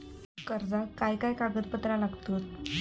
कर्जाक काय काय कागदपत्रा लागतत?